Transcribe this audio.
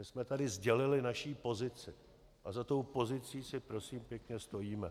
My jsme tady sdělili naši pozici a za tou pozicí si prosím pěkně stojíme.